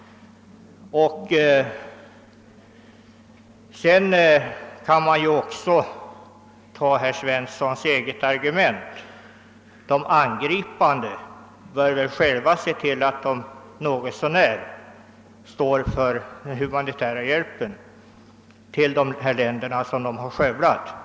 Sedan kan man också använda herr Svenssons eget argument. De angripande bör väl själva se till att de något så när står för den humanitära hjälpen till de länder som de har skövlat.